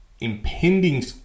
impending